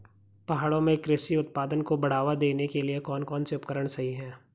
पहाड़ों में कृषि उत्पादन को बढ़ावा देने के लिए कौन कौन से उपकरण सही हैं?